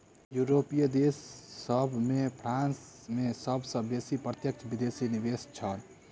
यूरोपीय देश सभ में फ्रांस में सब सॅ बेसी प्रत्यक्ष विदेशी निवेश भेल छल